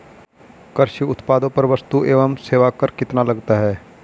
कृषि उत्पादों पर वस्तु एवं सेवा कर कितना लगता है?